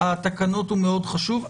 התקנות הוא מאוד חשוב.